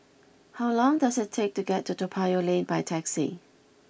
how long does it take to get to Toa Payoh Lane by taxi